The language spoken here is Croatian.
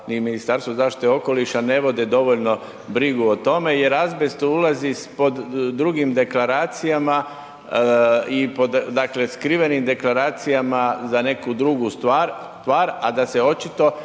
Ministarstvu zaštite okoliša ne vode dovoljno brigu o tome jer azbest ulazi pod drugim deklaracijama i pod, dakle skrivenim deklaracijama za neku drugu stvar, a da se očito